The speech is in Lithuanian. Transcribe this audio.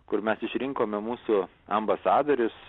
kur mes išrinkome mūsų ambasadorius